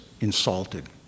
insulted